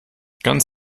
ganz